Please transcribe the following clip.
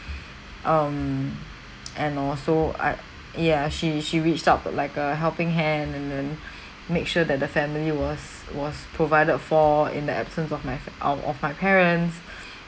um and also I ya she she reached out that like a helping hand and then make sure that the family was was provided for in the absence of my fa~ out of my parents